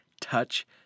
touch